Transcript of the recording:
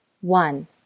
one